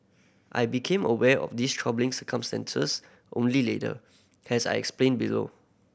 I became aware of these troubling circumstances only later has I explain below